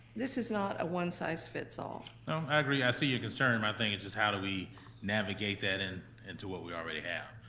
this is not a one size fits all. i agree. i see your concern, i think it's just how do we navigate that and into what we already have.